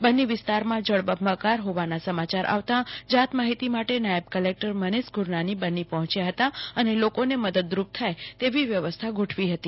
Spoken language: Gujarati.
બન્ની વિસ્તારમાં જળ બંબાકાર હીવાના સમાચાર આવતા જાત માહિતી માટે નાયબ કલેક્ટર મનીષ ગુ રનાન્રી બન્ની પૂર્ણે ચ્યા હતા અને લોકોને મદદરૂપ થાય તેવી વ્યવસ્થા ગોઠવી હતી